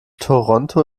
toronto